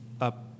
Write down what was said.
up